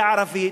היא ערבית,